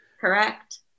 Correct